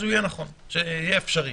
זה יהיה אפשרי.